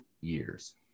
years